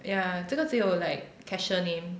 ya 这个只有 like cashier name